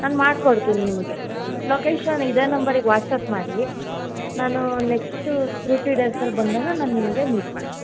ನಾನು ಮಾಡ್ಕೊಡ್ತೀನಿ ನಿಮಗೆ ಲೊಕೇಶನ್ ಇದೇ ನಂಬರಿಗೆ ವಾಟ್ಸ್ಆ್ಯಪ್ ಮಾಡಿ ನಾನು ನೆಕ್ಸ್ಟ್ ಟು ತ್ರೀ ಡೇಸಲ್ಲಿ ಬಂದಾಗ ನಾನು ನಿಮಗೆ ಮೀಟ್ ಮಾಡ್ತೀನಿ